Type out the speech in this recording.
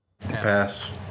Pass